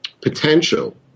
potential